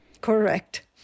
Correct